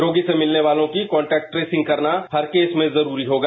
रोगी से मिलने वालों की कान्टेक्ट ट्रेंसिंग करना हर केस में अनिवार्य होगा